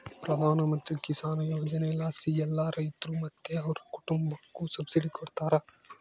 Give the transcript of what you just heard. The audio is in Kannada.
ಪ್ರಧಾನಮಂತ್ರಿ ಕಿಸಾನ್ ಯೋಜನೆಲಾಸಿ ಎಲ್ಲಾ ರೈತ್ರು ಮತ್ತೆ ಅವ್ರ್ ಕುಟುಂಬುಕ್ಕ ಸಬ್ಸಿಡಿ ಕೊಡ್ತಾರ